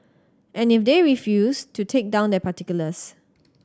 and if they refuse to take down their particulars